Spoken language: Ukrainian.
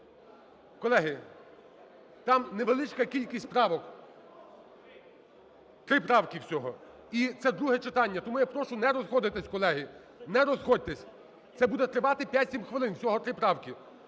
Колеги, там невеличка кількість правок, три правки всього, і це друге читання. Тому я прошу не розходитись, колеги, не розходьтесь, це буде тривати 5-7 хвилин, всього три правки.